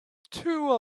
two